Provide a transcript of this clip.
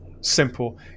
Simple